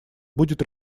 будет